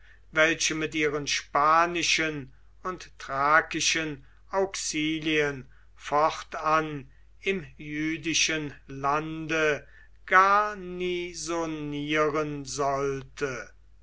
welche mit ihren spanischen und thrakischen auxilien fortan im jüdischen lande garnisonieren sollte